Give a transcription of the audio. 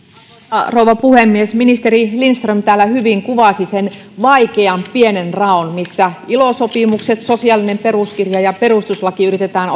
arvoisa rouva puhemies ministeri lindström täällä hyvin kuvasi sen vaikean pienen raon missä ilo sopimukset sosiaalinen peruskirja ja perustuslaki yritetään